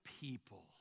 people